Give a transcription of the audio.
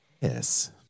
Yes